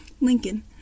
Lincoln